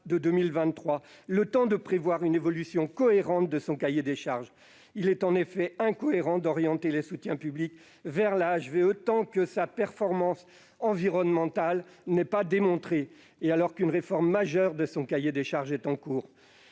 de 2023, le temps de prévoir une évolution cohérente du cahier des charges de la HVE. Il est en effet incohérent d'orienter les soutiens publics vers la HVE tant que sa performance environnementale n'est pas démontrée et alors qu'une réforme majeure de son cahier des charges est en cours.